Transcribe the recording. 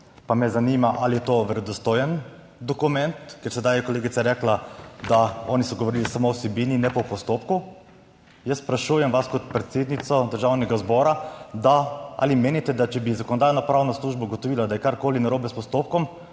Pa me zanima, ali je to verodostojen dokument, ker sedaj je kolegica rekla, da oni so govorili samo o vsebini, ne pa o postopku. Jaz sprašujem vas, kot predsednico Državnega zbora, da, ali menite, da če bi Zakonodajno-pravna služba ugotovila, da je karkoli narobe s postopkom,